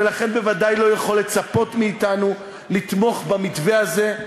ולכן בוודאי לא יכול לצפות מאתנו לתמוך במתווה הזה,